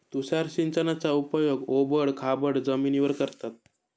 तुषार सिंचनाचा उपयोग ओबड खाबड जमिनीवर करतात